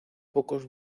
pocos